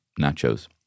nachos